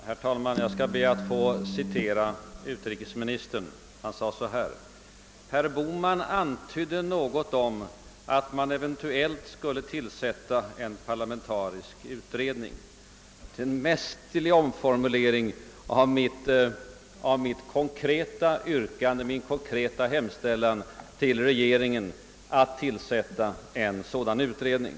Herr talman! Jag skall be att få citera utrikesministern: »Herr Bohman antydde något om att man eventuellt skulle tillsätta en parlamentarisk utredning.» Det är en mästerlig omformulering av mitt konkreta förslag till regeringen att överväga en sådan utredning.